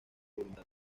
voluntad